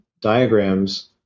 diagrams